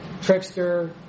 trickster